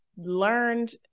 learned